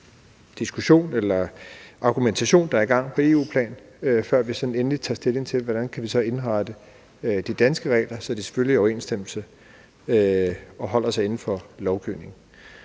diskussion eller argumentation, der er i gang på EU-plan, før vi endeligt tager stilling til, hvordan vi kan indrette de danske regler, så de selvfølgelig er i overensstemmelse med og holder sig inden for lovgivningen.